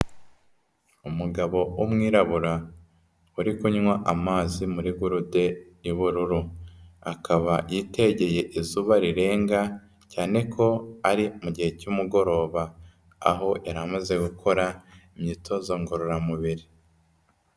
Umugabo w'umwirabura uri kunywa amazi muri gurude y'ubururu, akaba yitegeye izuba rirenga, cyane ko ari mu gihe cy'umugoroba, aho yari amaze gukora imyitozo ngororamubiri.